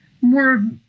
more